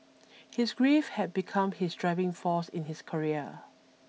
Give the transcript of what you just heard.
his grief had become his driving force in his career